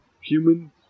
human